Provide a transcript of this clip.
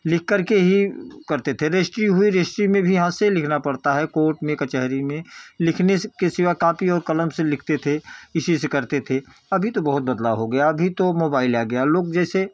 लिख करके ही करते थे रजिस्ट्री हुई रजिस्ट्री में भी हाथ से लिखना पड़ता है कोर्ट ने कचहरी में लिखने के सिवा कापी और कलम से लिखते थे इसी से करते थे अभी तो बहुत बदलाव हो गया अभी तो मोबाइल आ गया लोग जैसे